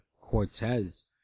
Cortez